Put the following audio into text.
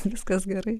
viskas gerai